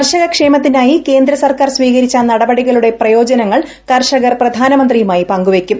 കർഷക ക്ഷേമത്തിനായി കേന്ദ്ര സർക്കാർ സ്വീകരിച്ച നടപടികളുടെ പ്രയോജനങ്ങൾ കർഷകർ പ്രധാനമന്ത്രിയുമായി പങ്കുവയ്ക്കും